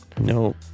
No